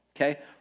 okay